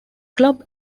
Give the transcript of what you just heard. club